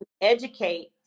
educate